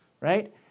right